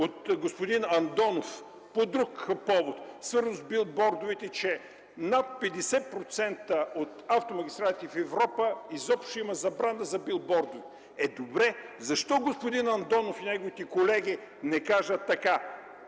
от господин Андонов по друг повод, свързано с билбордовете, че над 50% от автомагистралите в Европа имат забрана за билбордовете. Е, добре, защо господин Андонов и неговите колеги не кажат така: